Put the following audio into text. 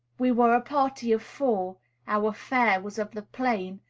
we were a party of four our fare was of the plain,